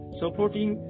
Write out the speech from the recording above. supporting